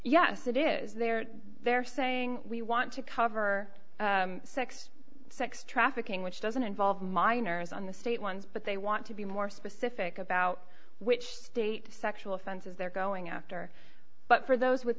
yes it is there they're saying we want to cover sex sex trafficking which doesn't involve minors on the state ones but they want to be more specific about which state sexual offenses they're going after but for those with